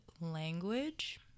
language